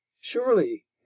Surely